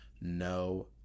no